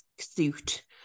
suit